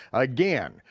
again,